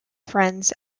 friends